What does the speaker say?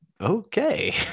Okay